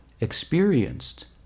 experienced